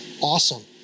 Awesome